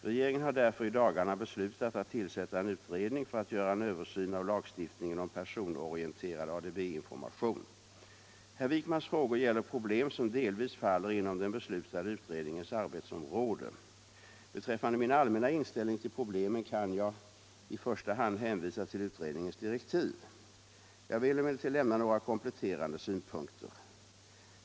Regeringen har därför i dagarna beslutat att tillsätta en utredning för att göra en översyn av lagstiftningen om personorienterad ADB-information. Herr Wijkmans frågor gäller problem som delvis faller inom den beslutade utredningens arbetsområde. Beträffande min allmänna inställning till problemen kan jag i första hand hänvisa till utredningens direktiv. Jag vill emellertid lämna några kompletterande synpunkter.